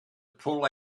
pull